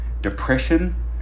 depression